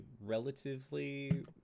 relatively